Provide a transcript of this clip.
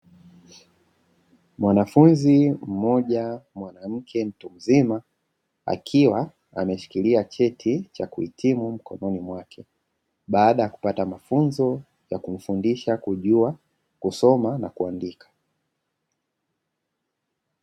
Mwanafunzi mmoja mwanamke mtu mzima akiwa ameshikilia cheti cha kuhitimu mkononi mwake, baada ya kupata mafunzo ya kumfundisha kujua kusoma na kuandika.